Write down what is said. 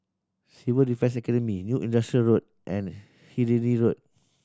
Civil Defence Academy New Industrial Road and Hindhede Road